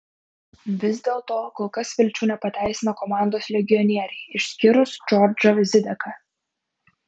vis dėlto kol kas vilčių nepateisina komandos legionieriai išskyrus džordžą zideką